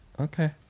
okay